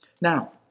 Now